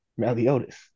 Maliotis